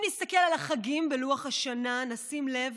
אם נסתכל על החגים בלוח השנה נשים לב